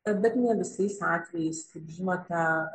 bet ne visais atvejais kaip žinote